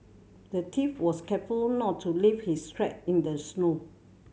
the thief was careful not to leave his track in the snow